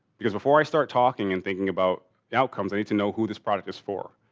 because before i start talking and thinking about the outcomes i need to know who this product is for.